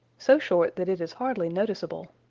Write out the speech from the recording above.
so short that it is hardly noticeable.